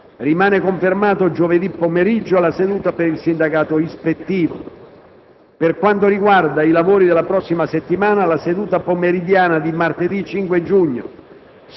Rimane confermata, giovedì pomeriggio, la seduta per il sindacato ispettivo. Per quanto riguarda i lavori della prossima settimana, la seduta pomeridiana di martedì 5 giugno